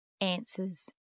answers